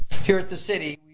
here at the city,